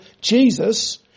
Jesus